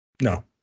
No